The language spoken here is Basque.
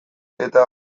eta